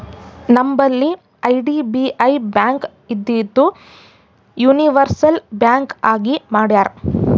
ನಂಬಲ್ಲಿ IDBI bank ಇದ್ದಿದು universal bank ಆಗಿ ಮಾಡ್ಯಾರ್